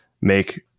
make